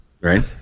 Right